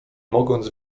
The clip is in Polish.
mogąc